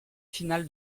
finale